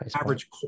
average